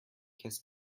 kiss